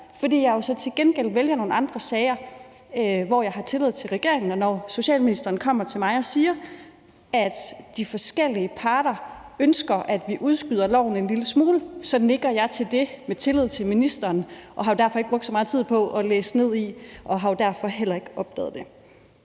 gengæld er nogle andre sager, hvor jeg vælger at have tillid til regeringen. Og når socialministeren kommer til mig og siger, at de forskellige parter ønsker, at vi udskyder loven en lille smule, så nikker jeg til det med tillid til ministeren og har derfor ikke brugt så meget tid på at læse ned i det og har jo derfor heller ikke opdaget det.